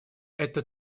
это